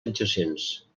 adjacents